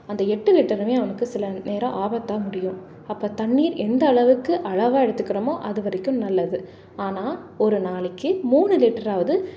அந்த எட்டு லிட்டருமே அவனுக்கு சில நேரம் ஆபத்தாக முடியும் அப்போ தண்ணீர் எந்த அளவுக்கு அளவாக எடுத்துக்கிறோமோ அது வரைக்கும் நல்லது ஆனால் ஒரு நாளைக்கு மூணு லிட்டராவது